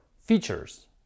features